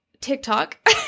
tiktok